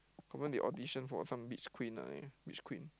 confirm they audition for some beach queen ah beach queen